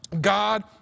God